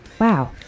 Wow